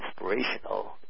inspirational